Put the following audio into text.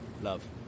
Love